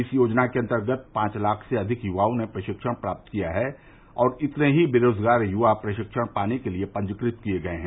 इस योजना के अंतर्गत पांच लाख से अधिक य्वाओं ने प्रशिक्षण प्राप्त किया है और इतने ही बेरोजगार य्वा प्रशिक्षण पाने के लिए पंजीकृत किए गए हैं